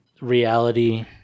reality